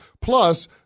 Plus